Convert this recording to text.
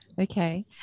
Okay